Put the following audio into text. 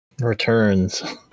returns